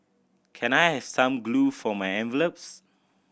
can I have some glue for my envelopes